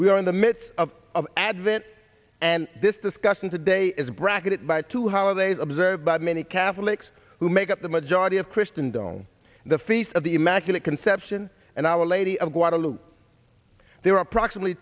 we are in the midst of advent and this discussion today is bracketed by two holidays observed by many catholics who make up the majority of christian down the feast of the immaculate conception and our lady of guadalupe there are approximately